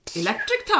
electric